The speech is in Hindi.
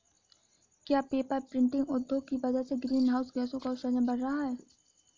क्या पेपर प्रिंटिंग उद्योग की वजह से ग्रीन हाउस गैसों का उत्सर्जन बढ़ रहा है?